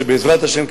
ובעזרת השם,